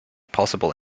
possible